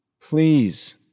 Please